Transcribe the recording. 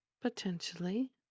potentially